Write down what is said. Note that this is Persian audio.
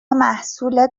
محصول